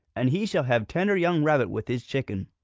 and he shall have tender young rabbit with his chicken!